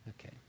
Okay